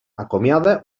acomiada